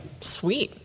sweet